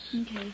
Okay